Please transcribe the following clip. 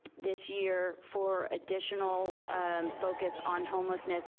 this year for additional focus on homelessness,